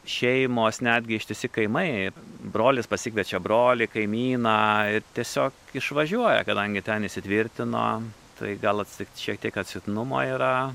šeimos netgi ištisi kaimai brolis pasikviečia brolį kaimyną ir tiesiog išvažiuoja kadangi ten įsitvirtino tai gal atsi šiek tiek atsitiktinumo yra